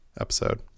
episode